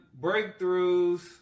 breakthroughs